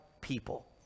people